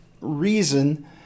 reason